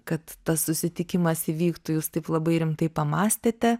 kad tas susitikimas įvyktų jūs taip labai rimtai pamąstėte